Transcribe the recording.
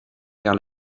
car